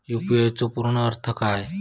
UPI चो पूर्ण अर्थ काय?